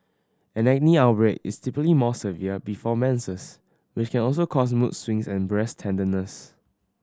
an acne outbreak is typically more severe before menses which can also cause mood swings and breast tenderness